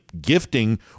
gifting